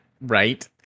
Right